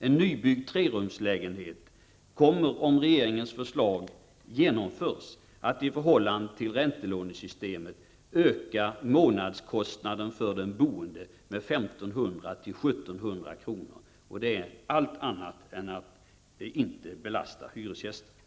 En nybyggd trerumslägenhet kommer, om regeringens förslag genomförs, att i förhållande till räntelånesystemet öka månadskostnaden för den boende med 1 500 till 1 700 kr. Det är allt annat än att inte belasta hyresgästerna.